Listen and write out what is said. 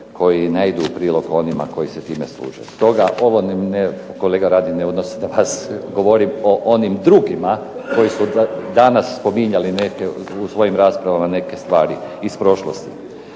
koji ne idu u prilog onima koji se time služe. Stoga, ovo se kolega Radin ne odnosi na vas, govorim o onim drugima koji su danas spominjali u svojim raspravama neke stvari iz prošlosti.